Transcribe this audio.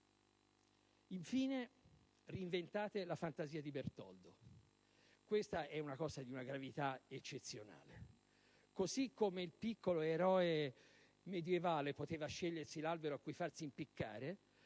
Infine, reinventate la fantasia di Bertoldo: questa è una cosa di una gravità eccezionale! Così come il piccolo eroe medievale poteva scegliersi l'albero al quale farsi impiccare,